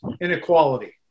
inequality